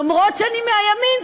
למרות שאני מהימין,